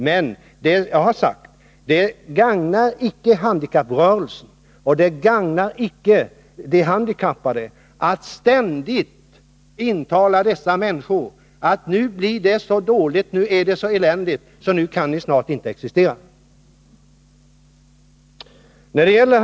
Men jag har sagt att det inte gagnar handikapprörelsen och de handikappade att ständigt intala dessa människor att nu är det så dåligt och nu blir det så eländigt att ni snart inte kan existera.